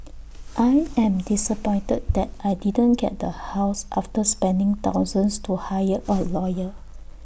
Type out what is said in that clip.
I am disappointed that I didn't get the house after spending thousands to hire A lawyer